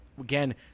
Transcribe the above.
again